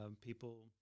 people